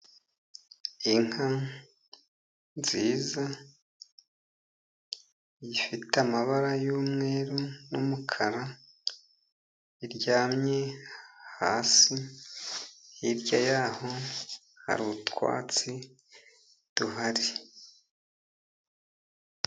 Inka nziza ifite amabara y'umweru n'umukara, iryamye hasi. Hirya y'aho hari utwatsi duhari.